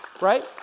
right